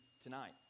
tonight